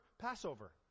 Passover